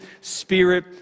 Spirit